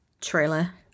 trailer